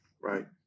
Right